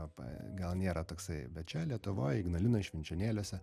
arba gal nėra toksai bet čia lietuvoj ignalinoj švenčionėliuose